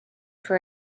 for